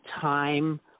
time